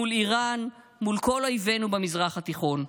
מול איראן, מול כל אויבינו במזרח התיכון.